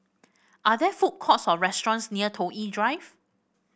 are there food courts or restaurants near Toh Yi Drive